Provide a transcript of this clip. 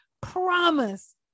promise